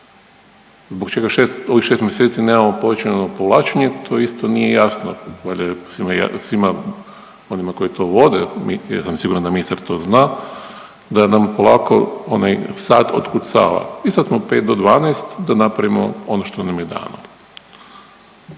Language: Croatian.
Zbog čega ovih šest mjeseci nemamo povećano povlačenje to isto nije jasno, valjda je svima onima koji to vode, ja sam siguran da ministar to zna da nam polako onaj sat otkucava i sad smo pet do 12 da napravimo ono što nam je dano.